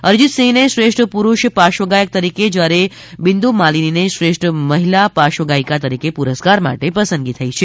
અરીજીતસિંહની શ્રેષ્ઠ પુરૂષ પાર્શ્વ ગાયક તરીકે જ્યારે બિંધુ માલીનીની શ્રેષ્ઠ મહિલા પાર્શ્વ ગાયીકા તરીકે પુસ્કાર માટે પસંદગી થઈ છે